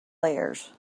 layers